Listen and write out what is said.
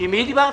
עם מי דיברת?